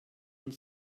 und